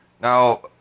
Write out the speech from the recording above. Now